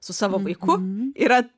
su savo vaiku yra